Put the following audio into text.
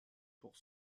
pour